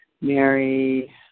Mary